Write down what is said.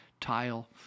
tile